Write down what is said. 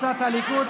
קבוצת סיעת הליכוד,